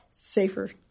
safer